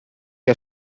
che